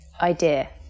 Idea